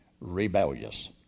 rebellious